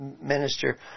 minister